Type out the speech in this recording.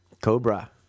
Cobra